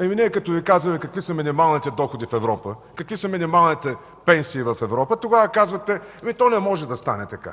Ами ние като Ви казваме какви са минималните доходи в Европа, какви са минималните пенсии в Европа, тогава казвате: „Ами то не може да стане така”.